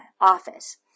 office